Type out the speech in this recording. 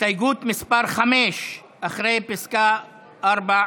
הסתייגות מס' 5, אחרי פסקה (4)